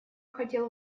хотел